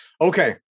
Okay